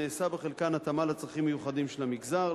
ונעשתה בחלקן התאמה לצרכים המיוחדים של המגזר,